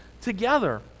together